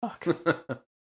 fuck